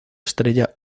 estrella